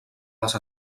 les